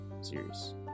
series